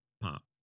pop